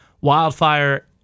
wildfire